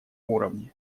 уровне